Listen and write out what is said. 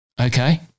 okay